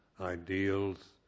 ideals